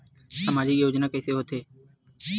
सामजिक योजना कइसे होथे?